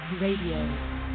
Radio